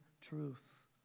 truth